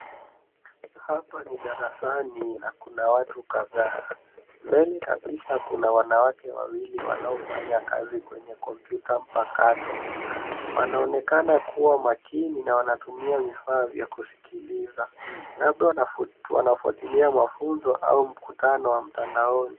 Hapa ni darasani na kuna watu kadhaa. Mbele kabisa kuna wanawake wawili wanaofanya kazi kwenye kompyuta mpakato. Wanaonekana kuwa makini na wanatumia vifaa vya kusikiliza labda wanafuatilia mafunzo au mkutano wa mtandaoni.